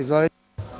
Izvolite.